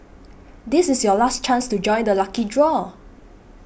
this is your last chance to join the lucky draw